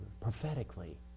Prophetically